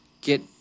get